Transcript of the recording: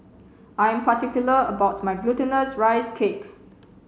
I'm particular about my glutinous rice cake